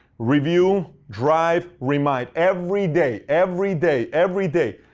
review, drive, remind. every day. every day. every day.